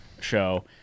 show